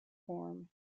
form